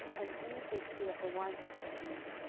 and zeeb they slew at the winepress of zeeb,